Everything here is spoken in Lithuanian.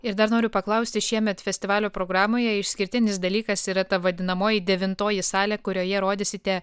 ir dar noriu paklausti šiemet festivalio programoje išskirtinis dalykas yra ta vadinamoji devintoji salė kurioje rodysite